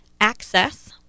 Access